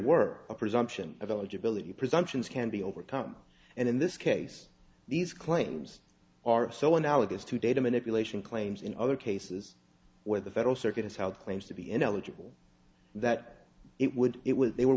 were a presumption of eligibility presumptions can be overcome and in this case these claims are so analogous to data manipulation claims in other cases where the federal circuit has held claims to be ineligible that it would it was they were